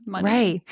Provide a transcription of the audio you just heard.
Right